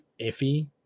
iffy